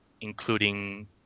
including